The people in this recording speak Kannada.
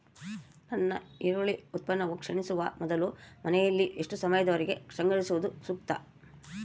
ನನ್ನ ಈರುಳ್ಳಿ ಉತ್ಪನ್ನವು ಕ್ಷೇಣಿಸುವ ಮೊದಲು ಮನೆಯಲ್ಲಿ ಎಷ್ಟು ಸಮಯದವರೆಗೆ ಸಂಗ್ರಹಿಸುವುದು ಸೂಕ್ತ?